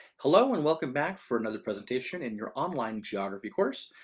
hello, and welcome back for another presentation in your online geography course.